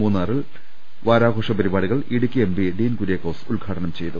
മൂന്നാറിൽ വാരാഘോഷ പരിപാ ടികൾ ഇടുക്കി എംപി ഡീൻ കുര്യാക്കോസ് ഉദ്ഘാടനം ചെയ്തു